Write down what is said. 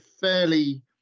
fairly